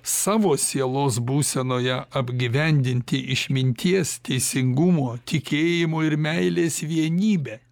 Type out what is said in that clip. savo sielos būsenoje apgyvendinti išminties teisingumo tikėjimo ir meilės vienybę